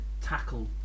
tackle